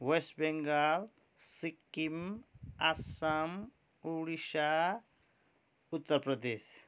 West Bengal Sikkim Assam Odisha Uttar Pradesh